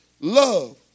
love